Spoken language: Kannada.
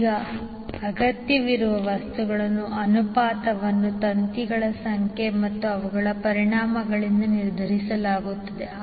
ಈಗ ಅಗತ್ಯವಿರುವ ವಸ್ತುಗಳ ಅನುಪಾತವನ್ನು ತಂತಿಗಳ ಸಂಖ್ಯೆ ಮತ್ತು ಅವುಗಳ ಪರಿಮಾಣಗಳಿಂದ ನಿರ್ಧರಿಸಲಾಗುತ್ತದೆ